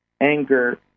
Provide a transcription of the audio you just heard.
anger